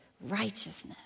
righteousness